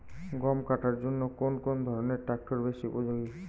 গম কাটার জন্য কোন ধরণের ট্রাক্টর বেশি উপযোগী?